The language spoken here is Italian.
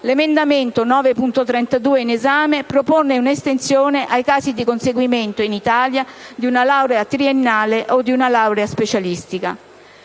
L'emendamento 9.32 in esame propone un'estensione ai casi di conseguimento (in Italia) di una laurea triennale o di una laurea specialistica.